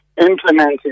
implemented